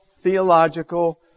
theological